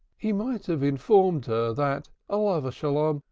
he might have informed her that olov hasholom,